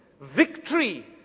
victory